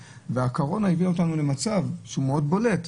והקורונה הביאה אותנו למצב שהוא מאוד בולט,